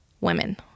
women